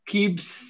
Keeps